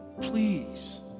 Please